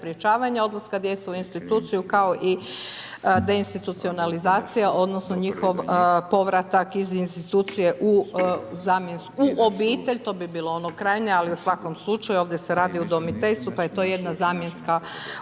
sprječavanja odlaska djece u instituciju kao i deinstitucionalizacija, odnosno, njihov povratak iz instituciju u obitelj to bi bilo ono krajnje, ali u svakom slučaju, ovdje se radi o udomiteljstvu, pa je to jedna zamjenska obitelj.